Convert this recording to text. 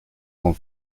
con